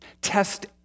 Test